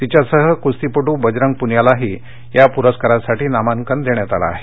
तिच्यासह कूस्तीपटू बजरंग पूनियालाही या पूस्कारासाठी नामांकन मिळालं आहे